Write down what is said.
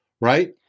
right